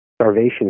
Starvation